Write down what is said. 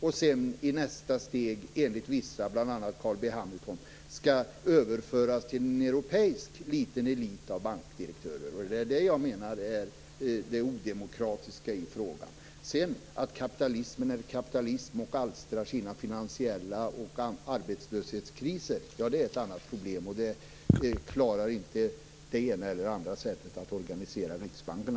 I nästa steg skall det enligt vissa, bl.a. Carl B Hamilton, överföras till en liten europeisk elit av bankdirektörer. Det är det jag menar vara det odemokratiska i frågan. Att kapitalismen sedan är kapitalism och alstrar sina finansiella kriser och arbetslöshetskriser, det är ett annat problem. Det klarar man inte av med hjälp det ena eller andra sättet att organisera Riksbanken.